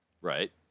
Right